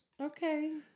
Okay